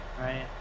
right